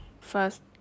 first